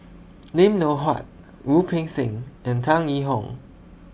Lim Loh Huat Wu Peng Seng and Tan Yee Hong